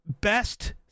best